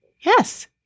Yes